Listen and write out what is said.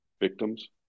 victims